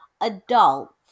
adults